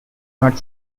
not